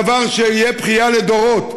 דבר שיהיה בכייה לדורות.